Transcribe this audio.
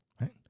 right